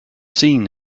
seen